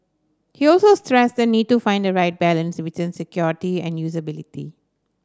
he also stressed the need to find the right balance between security and usability